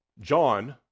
John